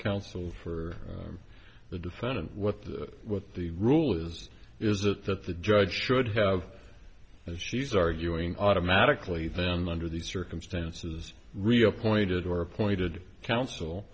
counsel for the defendant what the what the rule is is it that the judge should have and she's arguing automatically then under these circumstances reappointed or appointed coun